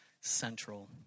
Central